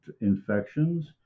infections